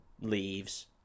leaves